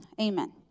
amen